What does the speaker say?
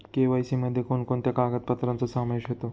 KYC मध्ये कोणकोणत्या कागदपत्रांचा समावेश होतो?